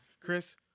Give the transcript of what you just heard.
Chris